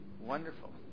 Wonderful